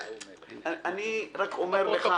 אני רק אומר לך,